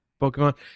Pokemon